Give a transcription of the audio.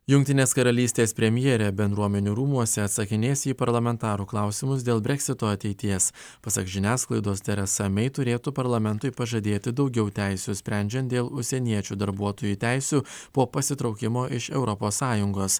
jungtinės karalystės premjerė bendruomenių rūmuose atsakinės į parlamentarų klausimus dėl breksito ateities pasak žiniasklaidos teresa mei turėtų parlamentui pažadėti daugiau teisių sprendžiant dėl užsieniečių darbuotojų teisių po pasitraukimo iš europos sąjungos